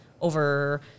over